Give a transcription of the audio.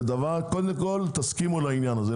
קודם כל תסכימו לעניין הזה.